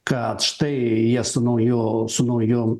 kad štai jie su nauju su nauju